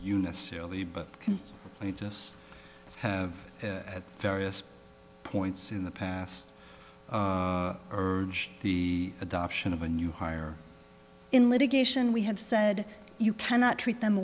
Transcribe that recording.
eunice early but can we just have at various points in the past urge the adoption of a new hire in litigation we have said you cannot treat them